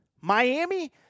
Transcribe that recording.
Miami